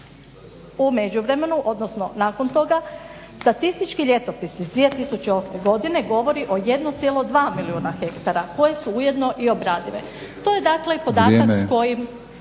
U međuvremenu odnosno nakon toga, statistički ljetopisi iz 2008. godine govori o 1,2 milijuna hektara koje su ujedno i obradive. To je dakle podatak s kojim